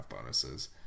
bonuses